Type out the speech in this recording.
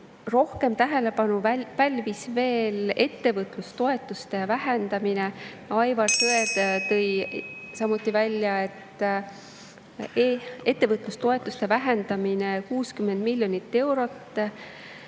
Rohkem tähelepanu pälvis veel ettevõtlustoetuste vähendamine. Aivar Sõerd tõi välja, et ettevõtlustoetuste vähendamine 60 miljoni euro